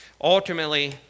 Ultimately